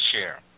share